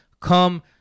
come